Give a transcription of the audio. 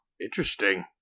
Interesting